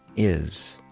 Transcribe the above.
is,